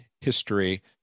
history